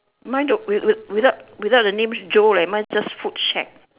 mine don't with with without without the name joe leh mine's just food shack